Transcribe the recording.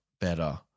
better